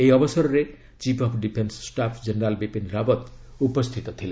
ଏହି ଅବସରରେ chief of defence staff general Bipin Rawat ଉପସ୍ଥିତ ଥିଲେ